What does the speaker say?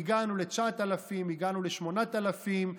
הגענו ל-9,000, הגענו ל-8,000,